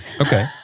Okay